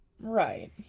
right